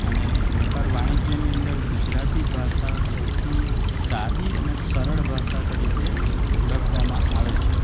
અને વેપાર વાણિજ્યની અંદર ગુજરાતી ભાષા સૌથી સાદી અને સરળ ભાષા તરીકે ઓળખવામાં આવે છે